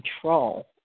control